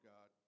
God